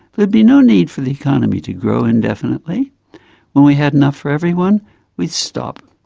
there'd be no need for the economy to grow indefinitely when we had enough for everyone we'd stop!